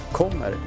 kommer